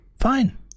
Fine